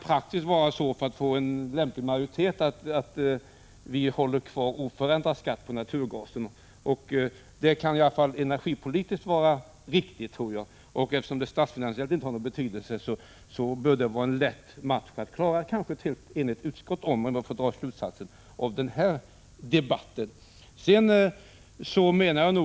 Praktiskt kan vi, för att få en lämplig majoritet, behålla oförändrad skatt på naturgasen. Det kan vara energipolitiskt viktigt, och eftersom det statsfinansiellt inte har någon betydelse bör det vara en lätt match att kanske t.o.m. åstadkomma ett enigt Prot. 1985/86:116 utskott i frågan. Det är den slutsats man kan dra av den här debatten.